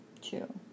Two